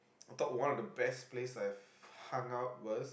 I thought one of the best place I've hung out was